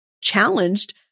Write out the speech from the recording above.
challenged